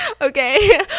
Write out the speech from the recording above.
Okay